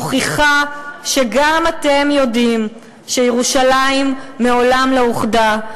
מוכיחה שגם אתם יודעים שירושלים מעולם לא אוחדה,